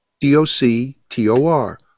D-O-C-T-O-R